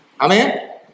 Amen